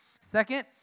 Second